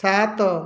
ସାତ